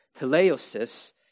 teleosis